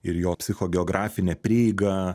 ir jo psichogeografinę prieigą